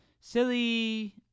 silly